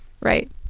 right